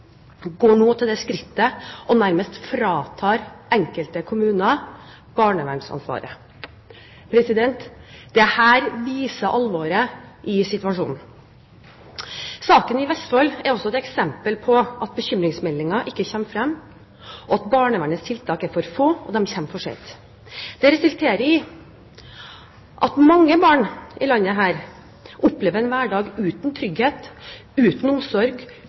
går nå til det skrittet å nærmest frata enkelte kommuner barnevernsansvaret. Dette viser alvoret i situasjonen. Saken i Vestfold er også et eksempel på at bekymringsmeldinger ikke kommer frem, at barnevernets tiltak er for få, og at de kommer for sent. Det resulterer i at mange barn i dette landet opplever en hverdag uten trygghet, uten omsorg,